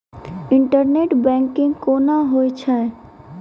Internet banking कोना होय छै?